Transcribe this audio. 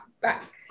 back